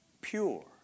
pure